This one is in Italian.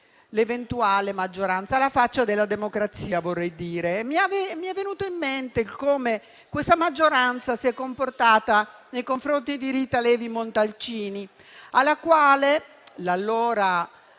l'eventuale maggioranza (vorrei dire alla faccia della democrazia). Mi è venuto in mente come questa maggioranza si è comportata nei confronti di Rita Levi Montalcini, alla quale l'allora